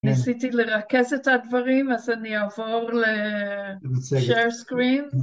ניסיתי לרכז את הדברים אז אני אעבור לshare screen